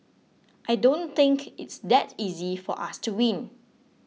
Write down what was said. I don't think it's that easy for us to win